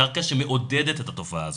קרקע שמעודדת את התופעה הזאת,